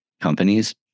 companies